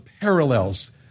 parallels